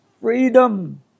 freedom